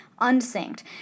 unsynced